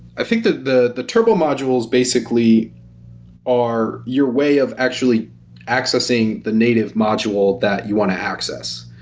i think that the the turbo modules basically are your way of actually accessing the native module that you want to access.